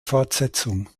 fortsetzung